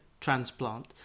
transplant